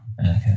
Okay